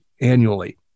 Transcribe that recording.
annually